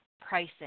pricing